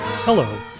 Hello